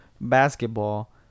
basketball